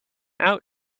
out